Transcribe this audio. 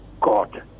God